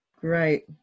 Great